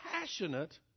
passionate